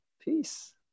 peace